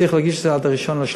צריך להגיש את זה עד 1 במרס,